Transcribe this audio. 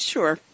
Sure